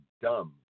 dumb